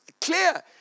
clear